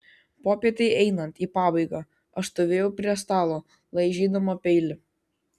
popietei einant į pabaigą aš stovėjau prie stalo laižydama peilį